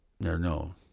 no